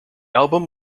album